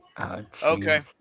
Okay